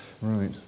Right